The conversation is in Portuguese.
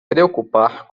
preocupar